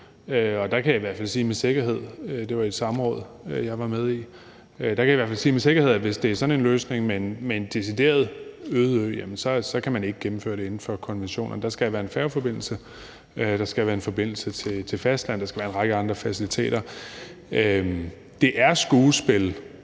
formand foreslog Hesselø under et samråd, jeg var med i. Og der kan jeg i hvert fald sige med sikkerhed, at hvis det er sådan en løsning med en decideret øde ø, så kan man ikke gennemføre det inden for konventionerne. Der skal være en færgeforbindelse, der skal være en forbindelse til fastlandet, der skal være en række andre faciliteter. Det er skuespil.